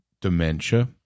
dementia